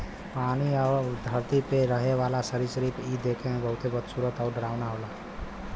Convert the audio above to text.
पानी आउर धरती पे रहे वाला सरीसृप इ देखे में बहुते बदसूरत आउर डरावना होला